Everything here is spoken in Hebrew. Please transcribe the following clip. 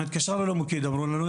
התקשרנו למוקד ואמרנו לנו,